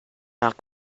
not